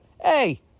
hey